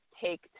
take